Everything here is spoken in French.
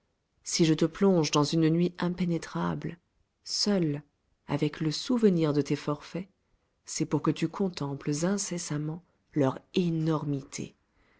si je te plonge dans une nuit impénétrable seul avec le souvenir de tes forfaits c'est pour que tu contemples incessamment leur énormité